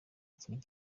ikintu